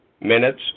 Minutes